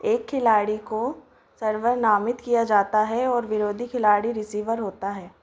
एक खिलाड़ी को सर्वर नामित किया जाता है और विरोधी खिलाड़ी रिसीवर होता है